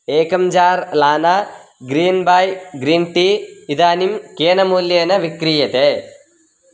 एकं जार् लाना green by green tea इदानीं केन मूल्येन विक्रीयते